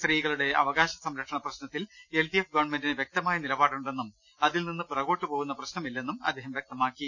സ്ത്രീകളുടെ അവകാശ സംര ക്ഷണ പ്രശ്നത്തിൽ എൽഡിഎഫ് ഗവൺമെന്റിന് വൃക്തമായ നില പാടുണ്ടെന്നും അതിൽ നിന്ന് പിറകോട്ട് പോകുന്ന പ്രശ്നമില്ലെന്നും അദ്ദേഹം വ്യക്തമാക്കി